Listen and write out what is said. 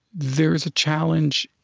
there is a challenge,